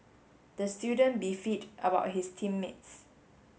the student about his team mates